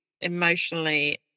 emotionally